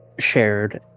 shared